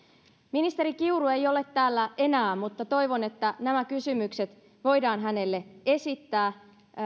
ministeri kiuru ei ole täällä enää mutta toivon että nämä kysymykset voidaan hänelle esittää